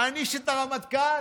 מעניש את הרמטכ"ל: